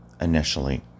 initially